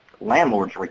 landlord's